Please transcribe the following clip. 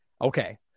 Okay